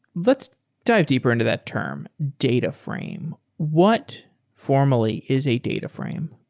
let's dive deeper into that term, data frame. what formally is a data frame?